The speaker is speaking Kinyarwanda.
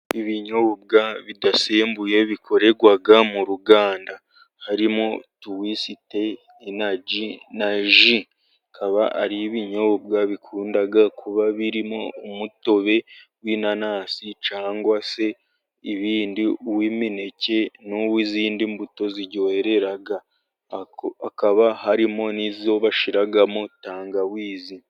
Ibinyobwa bidasembuye bikorerwa mu ruganda. Harimo tuiste inaji. na ji. Bikaba ari ibinyobwa bikunda kuba birimo umutobe w'inanasi cyanwa se ibindi. Uw'imineke n'uw'izindi mbuto ziryohera. Hakaba harimo n'izo bashyiramo tangawizi.